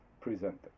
presented